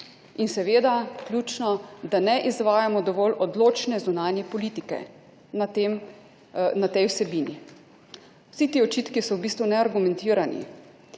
In seveda ključno, da ne izvajamo dovolj odločne zunanje politike na tej vsebini. Vsi ti očitki so neargumentirani.